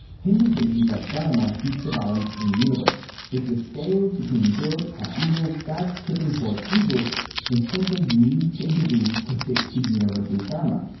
hindus believe that dharma keeps the balance in the universe. if the scales between good and evil start tipping towards evil then something needs to intervene to fix the universe's dharma.